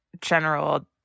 general